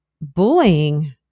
bullying